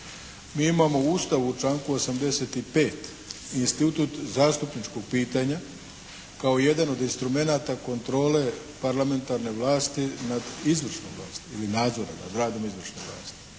Mi imamo u Ustavu u članku 85. institut zastupničkog pitanja kao jedan od instrumenata kontrole parlamentarne vlasti nad izvršnom vlasti ili nadzora nad radom izvršne vlasti.